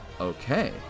Okay